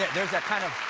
there's that kind of